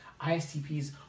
ISTPs